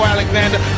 Alexander